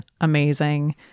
amazing